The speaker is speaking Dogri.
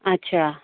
अच्छा